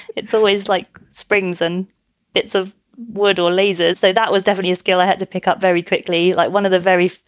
it's always like springs and bits of wood or lasers. so that was definitely a skill i had to pick up very quickly. like one of the very.